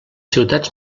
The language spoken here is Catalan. ciutats